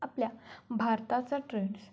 आपल्या भारताचा ट्रेंड्स